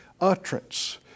utterance